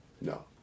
No